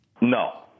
No